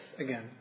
again